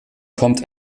kommt